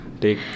take